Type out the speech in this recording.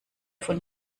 von